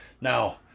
Now